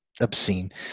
obscene